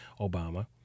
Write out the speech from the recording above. Obama